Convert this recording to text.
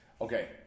Okay